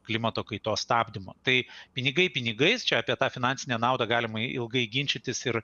klimato kaitos stabdymo tai pinigai pinigais čia apie tą finansinę naudą galima ilgai ginčytis ir